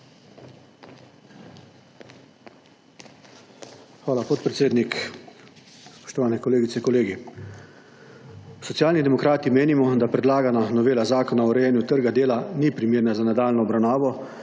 Hvala, podpredsednik, spoštovane kolegice, kolegi. Socialni demokrati menimo, da predlagana novela zakona o urejanju trga dela ni primerna za nadaljnjo obravnavo,